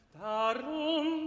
Darum